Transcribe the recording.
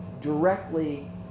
directly